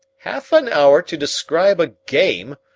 half an hour to describe a game!